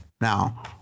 Now